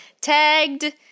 tagged